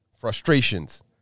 frustrations